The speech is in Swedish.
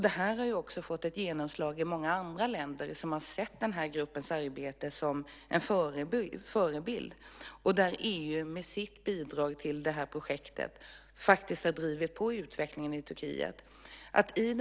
Det har fått ett genomslag i många andra länder som har sett den här gruppens arbete som en förebild. EU har med sitt bidrag till projektet drivit på utvecklingen i Turkiet.